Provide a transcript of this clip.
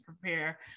prepare